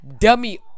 dummy